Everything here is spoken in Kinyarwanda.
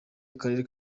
akarere